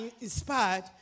inspired